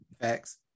Facts